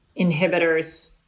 inhibitors